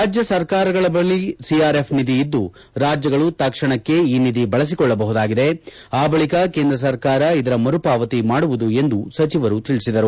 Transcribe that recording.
ರಾಜ್ಞ ಸರ್ಕಾರಗಳ ಬಳಿ ಸಿಆರ್ಎಫ್ ನಿಧಿ ಇದ್ದು ರಾಜ್ಞಗಳು ತಕ್ಷಣಕ್ಷೆ ಈ ನಿಧಿ ಬಳಸಿಕೊಳ್ಳಬಹುದಾಗಿದೆ ಆ ಬಳಿಕ ಕೇಂದ್ರ ಸರ್ಕಾರ ಇದರ ಮರುಪಾವತಿ ಮಾಡುವುದು ಎಂದು ಸಚಿವರು ತಿಳಿಸಿದರು